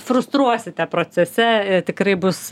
frustruosite procese tikrai bus